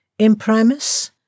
Imprimus